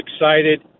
excited